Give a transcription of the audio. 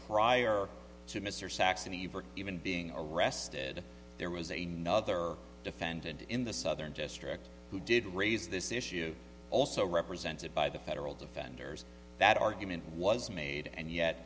saxony even being arrested there was a nother defendant in the southern district who did raise this issue also represented by the federal defenders that argument was made and yet